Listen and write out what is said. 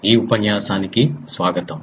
ఈ ఉపన్యాసాని కి స్వాగతం